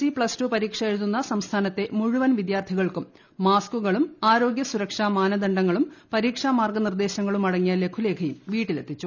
C plus two ് പരീക്ഷ എഴുതുന്ന സംസ്ഥാനത്തെ മുഴുവൻ വിദ്യാർത്ഥികൾക്കും മാസ്കുകളും ആരോഗ്യ സുരക്ഷാ മാനദണ്ഡങ്ങളും പരീക്ഷാ മാർഗനിർദ്ദേശങ്ങളുമടങ്ങിയ ലഘുലേഖയും വീട്ടിലെത്തിച്ചു